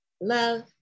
love